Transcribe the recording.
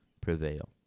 prevail